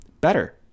better